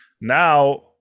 Now